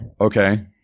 Okay